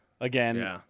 Again